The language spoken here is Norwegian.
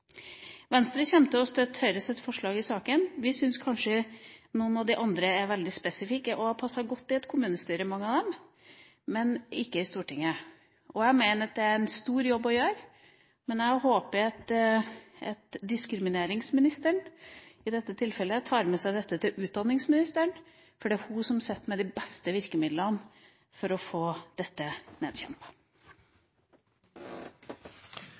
Venstre kommer til å støtte Høyres forslag i saken. Vi syns kanskje noen av de andre er veldig spesifikke – mange av dem passer godt i et kommunestyre, men ikke i Stortinget. Jeg mener at vi har en stor jobb å gjøre, og jeg håper at diskrimineringsministeren, i dette tilfellet, tar med seg dette til utdanningsministeren, for det er hun som sitter med de beste virkemidlene for få dette